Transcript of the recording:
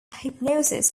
hypnosis